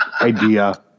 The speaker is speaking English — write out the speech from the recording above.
idea